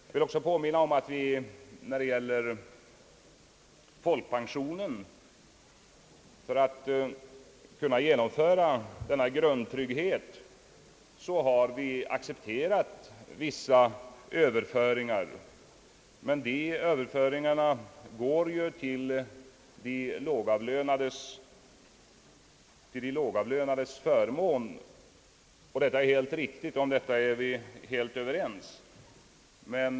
Jag vill även påminna om att vi för att kunna genomföra den grundtrygghet som folkpensionen innebär har accepterat vissa överföringar, som är till de lågavlönades förmån. Detta är helt riktigt. Därom är vi fullständigt överens.